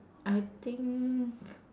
I think